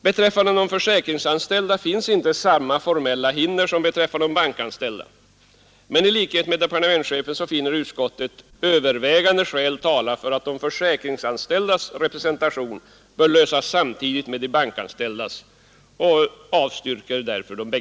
Beträffande de försäkringsanställda finns inte samma formella hinder som beträffande de bankanställda, men i likhet med departementschefen finner utskottet övervägande skäl tala för att frågan om de försäkringsanställdas representation bör lösas samtidigt med de bankanställdas, och avstyrker där motionerna.